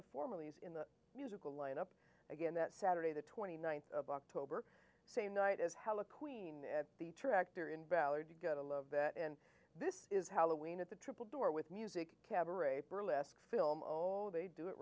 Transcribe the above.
the form of these in the musical lineup again that saturday the twenty ninth of october same night as hell a queen at the tractor in ballard to get a love that and this is how to win at the triple door with music cabaret pearl esque film oh they do it